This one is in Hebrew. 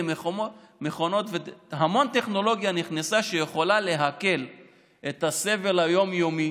נכנסה המון טכנולוגיה שיכולה להקל את הסבל היום-יומי